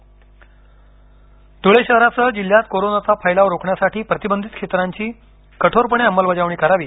धुळे धुळे शहरासह जिल्ह्यात कोरोनाचा फैलाव रोखण्यासाठी प्रतिबंधित क्षेत्राची कठोरपणे अंमलबजावणी करावी